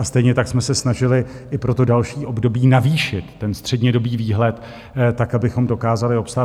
A stejně tak jsme se snažili i pro další období navýšit střednědobý výhled tak, abychom dokázali obstát.